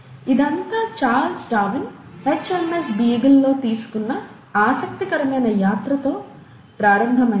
ఇదంతా Charles Darwin H MS Beagle లో తీసుకున్న ఆసక్తికరమైన యాత్రతో ప్రారంభమైంది